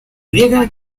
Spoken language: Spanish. griega